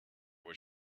was